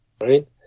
Right